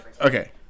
Okay